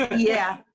ah yeah,